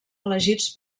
elegits